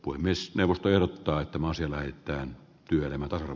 uimisneuvottelut taittamaan sille mitään työelämä tai